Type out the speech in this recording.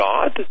God